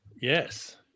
Yes